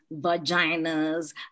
vaginas